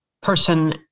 person